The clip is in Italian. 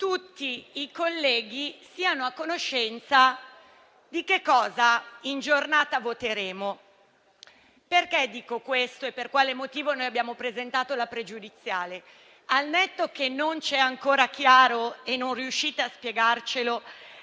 tutti i colleghi siano a conoscenza di che cosa in giornata voteremo. Perché dico questo e per quale motivo noi abbiamo presentato la questione pregiudiziale QP2? Al netto del fatto che non è ancora chiaro, e che non riuscite a spiegarcelo,